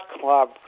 Club